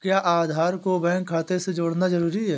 क्या आधार को बैंक खाते से जोड़ना जरूरी है?